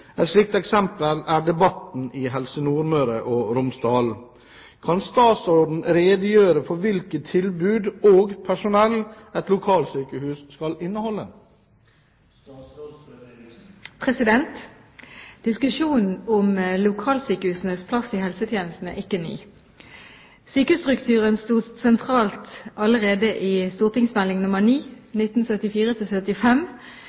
Et slikt eksempel er debatten i Helse Nordmøre og Romsdal. Kan statsråden redegjøre for hvilke tilbud og personell et lokalsykehus skal inneholde?» Diskusjonen om lokalsykehusenes plass i helsetjenesten er ikke ny. Sykehusstrukturen sto sentralt allerede i